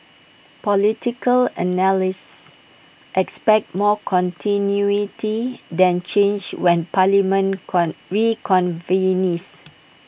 political analysts expect more continuity than change when parliament reconvenes